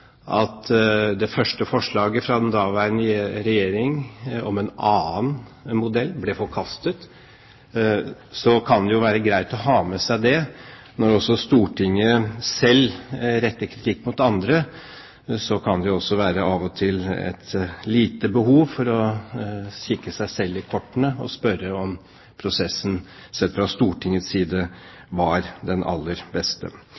at det første forslaget fra den daværende regjeringen om en annen modell ble forkastet. Dette kan det være greit å ha med seg. Når Stortinget selv retter kritikk mot andre, kan det av og til være behov for å kikke seg selv i kortene og spørre om prosessen – sett fra Stortingets side – var den aller beste.